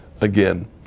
Again